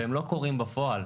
והם לא קורים בפועל,